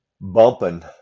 bumping